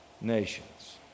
nations